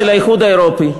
של האיחוד האירופי,